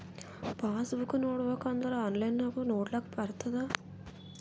pass book ನೋಡ್ಬೇಕ್ ಅಂದುರ್ online ನಾಗು ನೊಡ್ಲಾಕ್ ಬರ್ತುದ್